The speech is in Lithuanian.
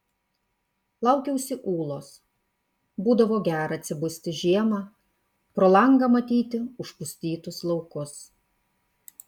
laukiausi ūlos būdavo gera atsibusti žiemą pro langą matyti užpustytus laukus